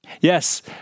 Yes